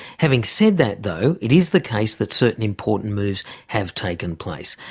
having said that, though, it is the case that certain important moves have taken place.